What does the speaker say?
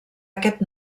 aquest